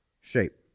shape